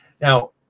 Now